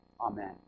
Amen